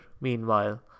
meanwhile